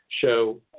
show